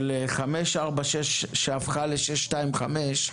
של 546 שהפכה ל -625.